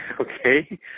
okay